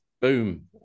Boom